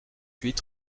huit